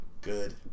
good